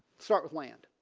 start with land